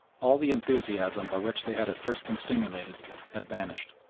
all the enthusiasm by which they had at first been stimulated had vanished.